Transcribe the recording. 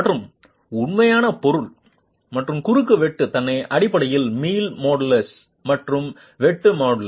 மற்றும் உண்மையான பொருள் மற்றும் குறுக்கு வெட்டு தன்னை அடிப்படையில் மீள் மோடுலஸ் மற்றும் வெட்டு மோடுலஸ்